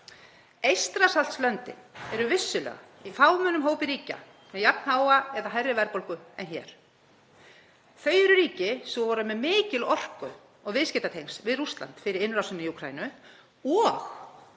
Eystrasaltslöndin eru vissulega í fámennum hópi ríkja með jafn háa eða hærri verðbólgu en hér. Þau eru ríki sem voru með mikil orku- og viðskiptatengsl við Rússland fyrir innrásina í Úkraínu og